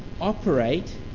operate